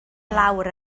lawr